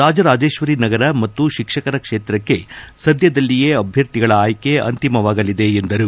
ರಾಜರಾಜೇಶ್ವರಿ ನಗರ ಮತ್ತು ಶಿಕ್ಷಕರ ಕ್ಷೇತ್ರಕ್ಷೆ ಸದ್ಭದಲ್ಲಿಯೇ ಅಭ್ಯರ್ಥಿಗಳ ಆಯ್ಕೆ ಅಂತಿಮವಾಗಲಿದೆ ಎಂದರು